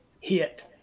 hit